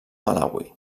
malawi